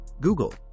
Google